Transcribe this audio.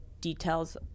details